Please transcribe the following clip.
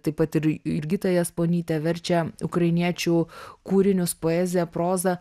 taip pat ir jurgita jasponytė verčia ukrainiečių kūrinius poeziją prozą